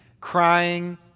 crying